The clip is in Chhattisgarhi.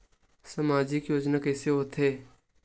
सामजिक योजना कइसे होथे?